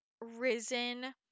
risen